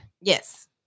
Yes